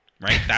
right